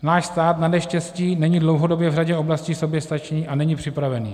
Náš stát naneštěstí není dlouhodobě v řadě oblastí soběstačný a není připravený.